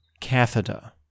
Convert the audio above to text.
catheter